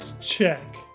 check